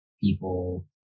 people